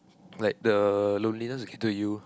like the loneliness get to you